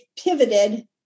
pivoted